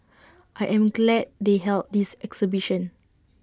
I am glad they held this exhibition